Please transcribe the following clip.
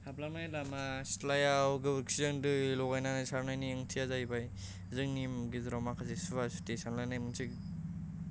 हाबलांनाय लामा सिथ्लायाव गोबोरखिजों दै लगायनानै सारनायनि ओंथिया जाहैबाय जोंनि गेजेराव माखासे सुवा सुथि सानलायनाय मोनसे